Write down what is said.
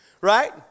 right